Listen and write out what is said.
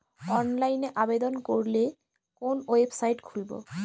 অনলাইনে আবেদন করলে কোন ওয়েবসাইট খুলব?